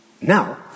now